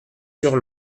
sur